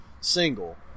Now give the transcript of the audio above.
single